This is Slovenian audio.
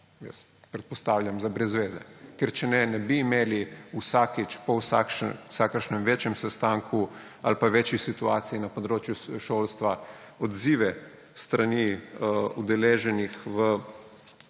jaz predpostavljam – brez zveze. Ker če ne, ne bi imeli vsakič po vsakršnem večjem sestanku ali pa večji situaciji na področju šolstva odzive s strani udeleženih v